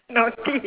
naughty